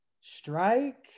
strike